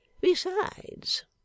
Besides